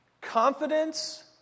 confidence